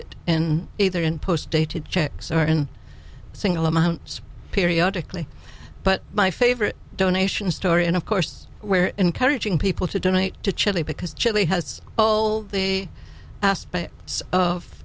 it in either in post dated checks or in single amounts periodically but my favorite donation story and of course we're encouraging people to donate to chile because chile has all the aspects of